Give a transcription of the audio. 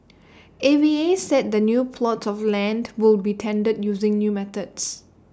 A V A said the new plots of land will be tendered using new methods